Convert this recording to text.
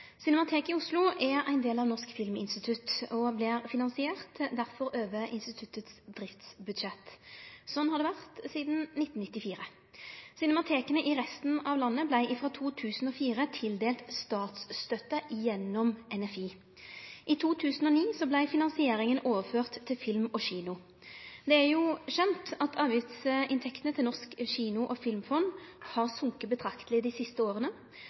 vore sidan 1994. Cinemateka i resten av landet vart frå 2004 tildelt statsstøtte gjennom NFI. I 2009 vart finansieringa overført til Film & Kino. Det er kjent at avgiftsinntektene til Norsk kino- og filmfond har gått betrakteleg ned dei siste åra,